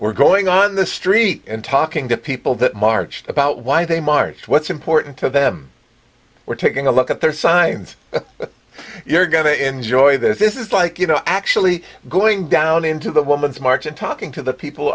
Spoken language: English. were going on the street and talking to people that marched about why they marched what's important to them we're taking a look at their signs you're going to enjoy this this is like you know actually going down into the woman's march and talking to the people